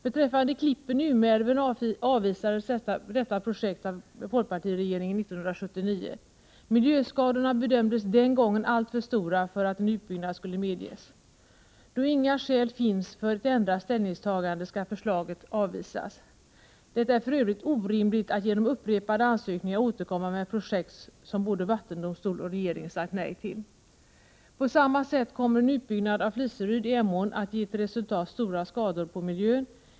Beträffande Klippen i Umeälven avvisades detta projekt av folkpartiregeringen 1979. Miljöskadorna bedömdes den gången alltför stora för att en utbyggnad skulle medges. Då inga skäl finns för ett ändrat ställningstagande skall förslaget avvisas. Det är för övrigt orimligt att genom upprepade ansökningar återkomma med projekt som både vattendomstol och regering sagt nej till. På samma sätt kommer en utbyggnad av Fliseryd i Emån att ge till resultat stora skador på miljön.